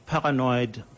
paranoid